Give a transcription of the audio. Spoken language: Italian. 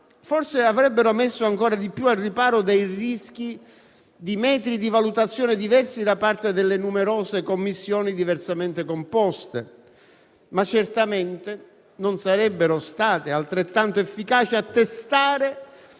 forse avrebbero messo ancora di più al riparo dai rischi di metri di valutazione diversi da parte delle numerose commissioni diversamente composte, ma certamente non sarebbero state altrettanto efficaci a testare